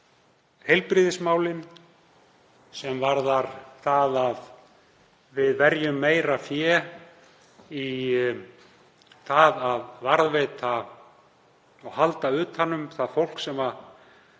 varðar heilbrigðismál, sem varðar það að við verjum meira fé í að varðveita og halda utan um það fólk sem nú